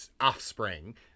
offspring